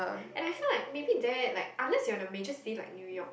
and I feel like maybe there like unless you are in a major city like New York